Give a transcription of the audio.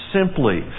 simply